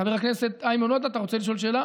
חבר הכנסת איימן עודה, אתה רוצה לשאול שאלה?